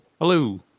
Hello